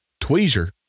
tweezer